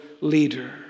leader